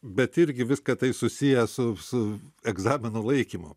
bet irgi viską tai susiję su su egzaminų laikymu